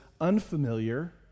unfamiliar